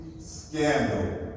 scandal